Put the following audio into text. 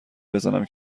بزنم